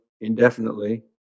indefinitely